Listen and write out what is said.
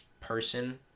person